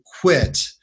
quit